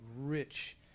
rich